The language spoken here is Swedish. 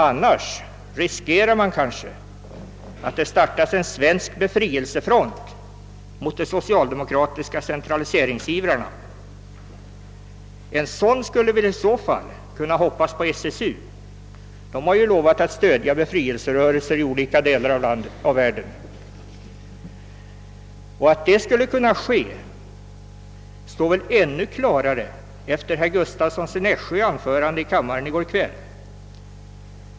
Man riskerar kanske annars att det startas en svensk befrielsefront mot de socialdemokratiska centraliseringsivrarna. En sådan skulle väl i så fall kunna hoppas på SSU, som ju har lovat att stödja befrielserörelser i olika delar av världen. Att det skulle kunna ske står ännu klarare efter herr Gustavssons i Nässjö anförande i kammaren i går kväll.